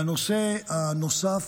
והנושא הנוסף,